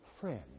friend